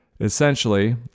Essentially